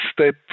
step